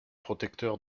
protecteur